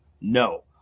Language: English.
No